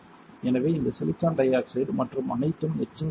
எனவே இந்த silicon dioxide மற்றும் அனைத்தும் எட்சிங் செய்யப்படும்